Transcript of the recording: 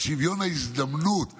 את שוויון ההזדמנות לתקן,